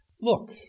Look